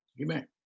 Amen